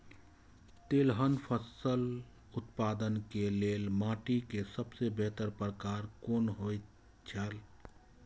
तेलहन फसल उत्पादन के लेल माटी के सबसे बेहतर प्रकार कुन होएत छल?